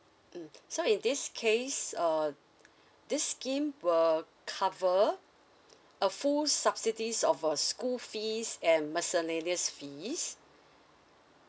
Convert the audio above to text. mm so in this case uh this scheme will cover a full subsidies of uh school fees and miscellaneous fees